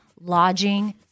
lodging